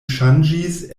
ŝanĝiĝis